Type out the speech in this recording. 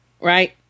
right